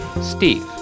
Steve